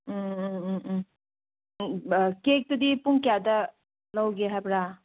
ꯎꯝ ꯎꯝ ꯎꯝ ꯎꯝ ꯀꯦꯛꯇꯨꯗꯤ ꯄꯨꯡ ꯀꯌꯥꯗ ꯂꯧꯒꯦ ꯍꯥꯏꯕ꯭ꯔ